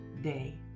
day